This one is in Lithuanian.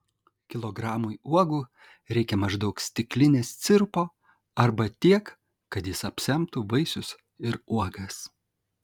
kilogramui uogų reikia maždaug stiklinės sirupo arba tiek kad jis apsemtų vaisius ir uogas